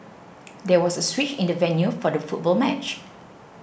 there was a switch in the venue for the football match